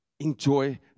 enjoy